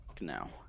now